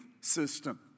system